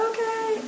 Okay